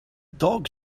dog